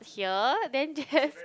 here then just